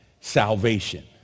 salvation